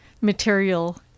material